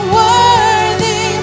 worthy